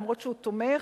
אף שהוא תומך,